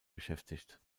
beschäftigt